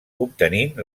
obtenint